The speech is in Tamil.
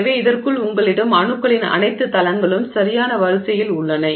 எனவே இதற்குள் உங்களிடம் அணுக்களின் அனைத்து தளங்களும் சரியான வரிசையில் உள்ளன